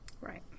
Right